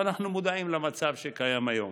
ואנחנו מודעים למצב שקיים היום.